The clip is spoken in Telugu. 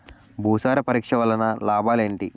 భూసార పరీక్ష వలన లాభాలు ఏంటి?